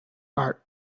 art